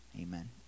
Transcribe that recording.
Amen